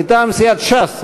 מטעם סיעת ש"ס.